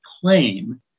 claim